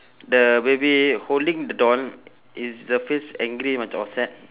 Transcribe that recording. the baby holding the doll is the face angry macam or sad